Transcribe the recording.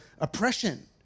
oppression